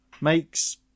Makes